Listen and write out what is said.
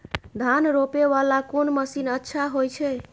धान रोपे वाला कोन मशीन अच्छा होय छे?